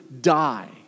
die